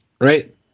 Right